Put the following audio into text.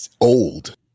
old